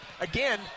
again